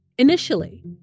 Initially